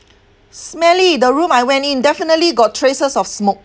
smelly the room I went in definitely got traces of smoke